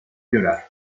llorar